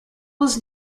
was